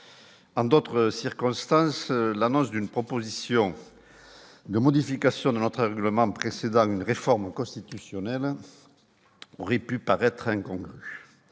en d'autres circonstances, l'annonce d'une proposition de modification de notre aveuglement précédent une réforme constitutionnelle rit plus paraître incongrue,